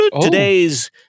today's